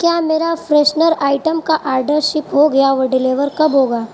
کیا میرا freshener item کا آرڈر شپ ہو گیا وہ ڈیلیور کب ہوگا